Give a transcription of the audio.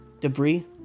Debris